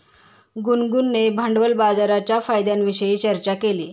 गुनगुनने भांडवल बाजाराच्या फायद्यांविषयी चर्चा केली